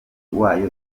wayo